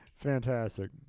Fantastic